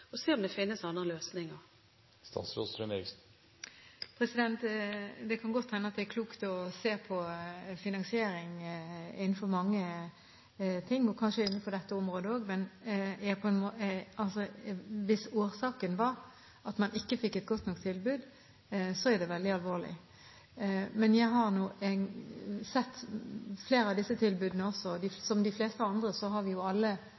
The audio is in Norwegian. og se om det finnes andre løsninger. Det kan godt hende at det er klokt å se på finansiering innenfor mange ting, kanskje innenfor dette området også. Hvis årsaken er at man ikke får et godt nok tilbud, så er det veldig alvorlig. Jeg har sett flere av disse tilbudene. Vi har alle våre erfaringer og opplevelser, men jeg har